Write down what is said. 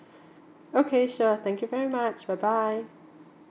okay sure thank you very much bye bye